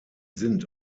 sind